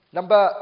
Number